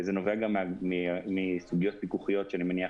זה נובע גם מסוגיות פיקוחיות שאני מניח